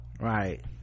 Right